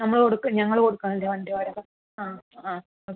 നമ്മള് കൊടുക്ക് ഞങ്ങള് കൊടുക്കണം അല്ലേ വണ്ടി വാടക ആ ആ ഓക്കേ